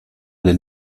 del